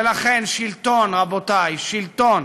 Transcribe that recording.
לכן, שלטון, רבותי, שלטון